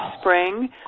spring